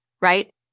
right